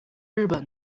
日本